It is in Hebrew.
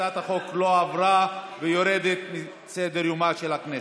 הצעת החוק לא עברה ויורדת מסדר-יומה של הכנסת.